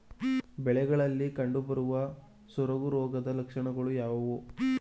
ಬೆಳೆಗಳಲ್ಲಿ ಕಂಡುಬರುವ ಸೊರಗು ರೋಗದ ಲಕ್ಷಣಗಳು ಯಾವುವು?